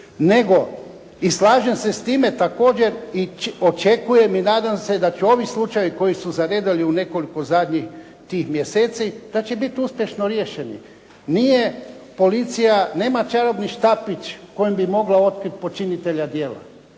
nego, i slažem se s time također i očekujem i nadam se da će ovi slučajevi koji su zaredali u nekoliko zadnjih tih mjeseci, da će biti uspješno riješeni. Nije policija, nema čarobni štapić kojim bi mogla otkriti počinitelja djela.